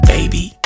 Baby